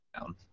down